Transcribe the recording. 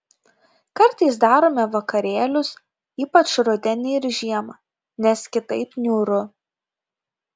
kartais darome vakarėlius ypač rudenį ir žiemą nes kitaip niūru